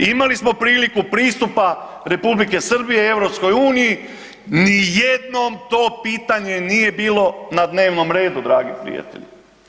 Imali smo priliku pristupa Republike Srbije EU, ni jednom to pitanje nije bilo na dnevnom redu dragi prijatelji.